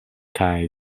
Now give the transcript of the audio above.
kaj